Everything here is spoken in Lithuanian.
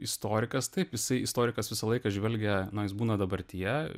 istorikas taip jisai istorikas visą laiką žvelgia na jis būna dabartyje